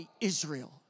Israel